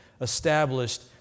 established